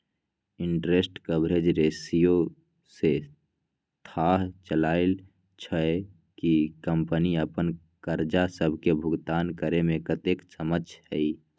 interest coverage ratio से थाह चललय छै कि कंपनी अप्पन करजा सभके भुगतान करेमें कतेक सक्षम हइ